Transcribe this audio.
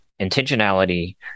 intentionality